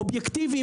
אובייקטיביים,